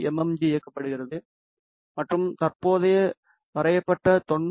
G இயக்கப்படுகிறது மற்றும் தற்போதைய வரையப்பட்ட 90 எம்